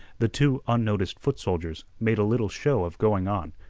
the two unnoticed foot soldiers made a little show of going on,